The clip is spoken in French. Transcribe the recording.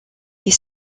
ils